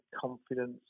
confidence